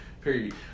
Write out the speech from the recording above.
period